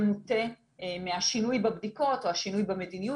מוטה מהשינוי בבדיקות או השינוי במדיניות.